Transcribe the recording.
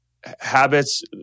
habits